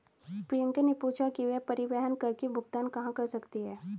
प्रियंका ने पूछा कि वह परिवहन कर की भुगतान कहाँ कर सकती है?